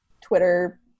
twitter